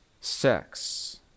sex